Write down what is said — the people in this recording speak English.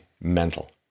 mental